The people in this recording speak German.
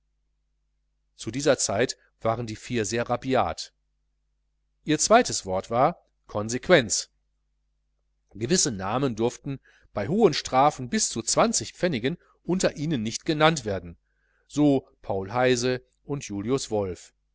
zu dieser zeit waren die vier sehr rabiat ihr zweites wort war konferenz gewisse namen durften bei hohen strafen bis zu zwanzig pfennigen unter ihnen nicht genannt werden so paul heyse und julius wolf